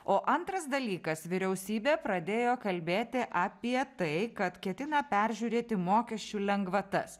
o antras dalykas vyriausybė pradėjo kalbėti apie tai kad ketina peržiūrėti mokesčių lengvatas